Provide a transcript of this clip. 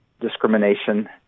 discrimination